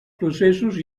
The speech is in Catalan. processos